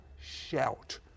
shout